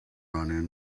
run